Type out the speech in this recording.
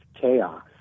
chaos